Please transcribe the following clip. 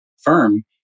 firm